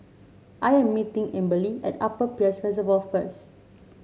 I am meeting Amberly at Upper Peirce Reservoir first